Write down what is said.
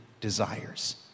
desires